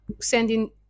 sending